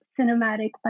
cinematic